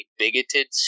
bigoted